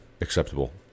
acceptable